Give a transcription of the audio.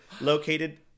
located